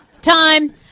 Time